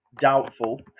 doubtful